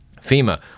FEMA